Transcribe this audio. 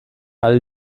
all